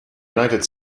united